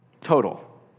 Total